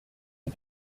est